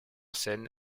scène